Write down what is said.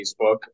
facebook